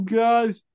guys